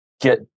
get